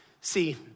See